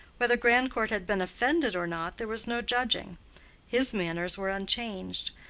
whether grandcourt had been offended or not there was no judging his manners were unchanged,